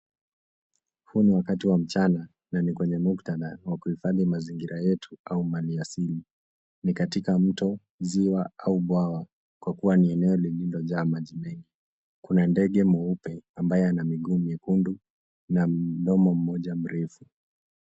Huu ni wakati wa mchana na ni kwenye muktadha wa kuhifadhi mazingira yetu au mali asili. Ni katika mto, ziwa au bwawa kwa kuwa ni eneo lililojaa maji mengi. Kuna ndege mweupe ambaye miguu miekundu na mdomo mmoja mrefu.